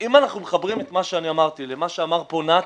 אם אנחנו מחברים את מה שאני אמרתי למה שאמר נתי,